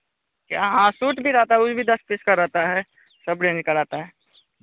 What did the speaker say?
क्या हाँ सूट भी रहता है वो भी दस पीस का रहता है सब रेंज का रहता है